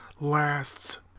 lasts